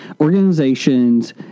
organizations